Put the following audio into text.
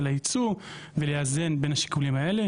של הייצוא ולאזן בין השיקולים האלה.